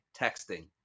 texting